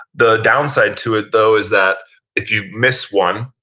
the downside to it though is that if you miss one,